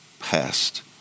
past